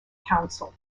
council